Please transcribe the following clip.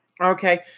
Okay